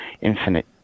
infinite